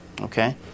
Okay